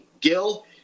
Gil